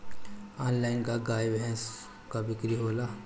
Online का गाय भैंस क बिक्री होला?